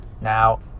now